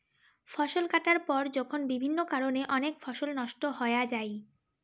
ফসল কাটার পর যখন বিভিন্ন কারণে অনেক ফসল নষ্ট হয়া যাই